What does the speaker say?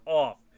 off